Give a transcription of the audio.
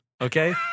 Okay